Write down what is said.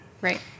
Right